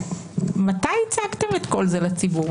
מתי הצגתם את כל זה לציבור?